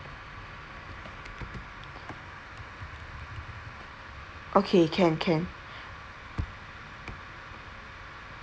okay can can